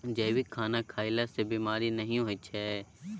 जैविक खाना खएला सँ बेमारी नहि होइ छै